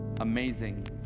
Amazing